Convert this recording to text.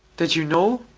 did you know?